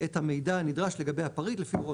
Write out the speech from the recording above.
את המידע הנדרש לגבי הפריט לפי הוראות